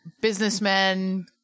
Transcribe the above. businessmen